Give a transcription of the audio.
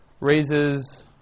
raises